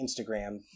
Instagram